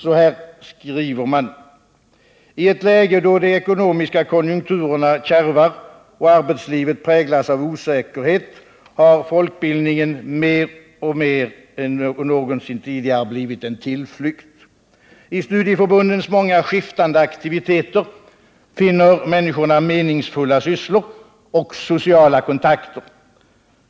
Så här skriver man: ”T ett läge då de ekonomiska konjunkturerna kärvar och arbetslivet präglas av osäkerhet har folkbildningen mer än någonsin tidigare blivit en tillflykt. I studieförbundens många skiftande aktiviteter finner människorna meningsfulla sysslor och sociala kontakter.